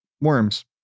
worms